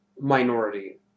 minority